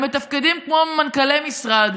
הם מתפקדים כמנכ"לי משרד,